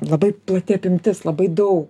labai plati apimtis labai daug